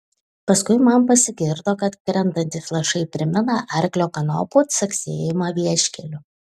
paskui man pasigirdo kad krentantys lašai primena arklio kanopų caksėjimą vieškeliu